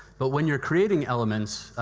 but, when you're creating elements,